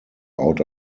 out